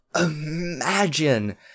imagine